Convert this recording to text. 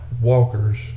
walkers